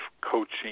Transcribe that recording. coaching